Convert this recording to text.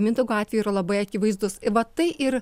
mindaugo atveju yra labai akivaizdus va tai ir